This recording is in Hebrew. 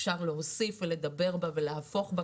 אפשר להוסיף ולדבר בה ולהפוך בה,